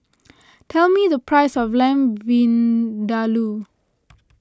tell me the price of Lamb Vindaloo